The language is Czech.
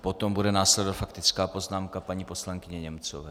Potom bude následovat faktická poznámka paní poslankyně Němcové.